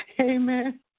Amen